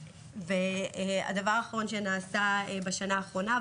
הדבר האחרון שנעשה בשנה האחרונה,